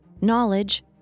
knowledge